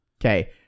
Okay